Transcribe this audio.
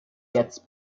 jetzt